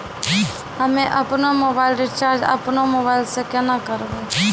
हम्मे आपनौ mobile recharge आपनौ मोबाइल से केना करवै?